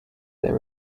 their